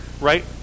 right